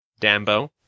Dambo